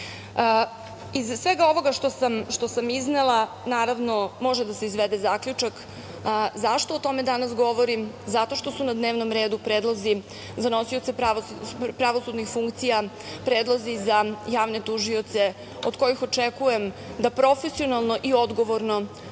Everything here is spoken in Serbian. svega ovoga što sam iznela, naravno, može da se izvede zaključak zašto o tome danas govorim, zato što su na dnevnom redu predlozi za nosioce pravosudnih funkcija, predlozi za javne tužioce od kojih očekujem da profesionalno i odgovorno